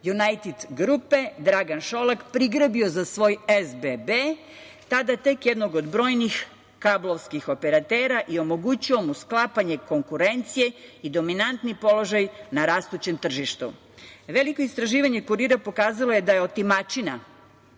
Junajted grupe, Dragan Šolak, prigrabio za svoj SBB, tada tek jednog od brojnih kablovskih operatera i omogućio mu sklapanje konkurencije i dominantni položaj na rastućem tržištu. Veliko istraživanje "Kurira" pokazalo je da je otimačina